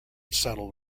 settled